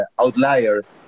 outliers